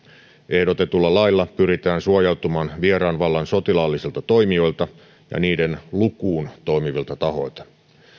ehdotetulla lailla pyritään suojautumaan vieraan vallan sotilaallisilta toimijoilta ja niiden lukuun toimivilta tahoilta